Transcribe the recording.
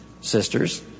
Sisters